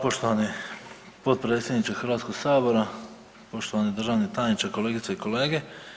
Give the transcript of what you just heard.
poštovani potpredsjedniče Hrvatskog sabora, poštovani državni tajniče, kolegice i kolege.